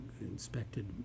inspected